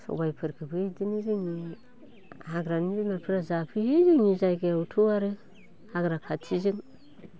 सबायफोरखोबो इदिनो जोंनि हाग्रानि जुनारफोरा जाफैयो जोंनि जायगायावथ' आरो हाग्रा खाथिजों